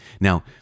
Now